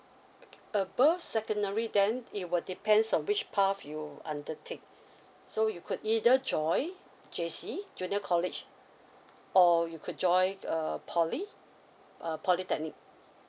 above secondary then it will depends on which path you undertake so you could either join jessie junior college or you could join err poly uh polytechnic